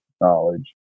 knowledge